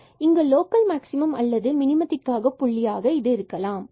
எனவே இங்கு இது லோக்கல் மேக்ஸிமம் அல்லது மினிமத்திக்கான புள்ளியாக இருக்கலாம்